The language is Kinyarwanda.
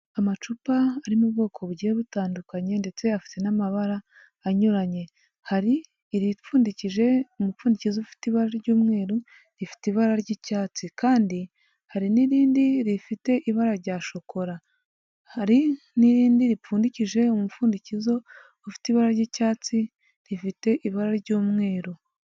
Amacupa ari mu bwoko bugiye butandukanye ndetse afite n'amabara anyuranye, hari iripfundikije umupfundikizo ufite ibara ry'umweru rifite ibara ry'icyatsi, kandi hari n'irindi rifite ibara rya shokora, hari n'irindi ripfundikije umupfundikizo ufite ibara ry'icyatsi, rifite ibara ry'umweru.